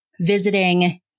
visiting